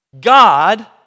God